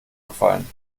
gefallen